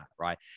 right